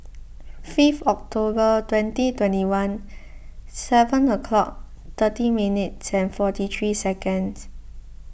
fifth October twenty twenty one seven o'clock thirty minutes forty three seconds